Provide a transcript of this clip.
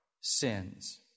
sins